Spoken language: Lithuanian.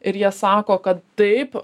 ir jie sako kad taip